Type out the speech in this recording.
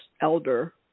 elder